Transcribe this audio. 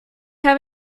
have